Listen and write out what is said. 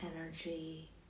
energy